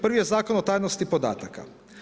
Prvi je Zakon o tajnosti podataka.